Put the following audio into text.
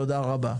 תודה רבה.